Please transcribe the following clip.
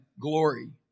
glory